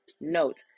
note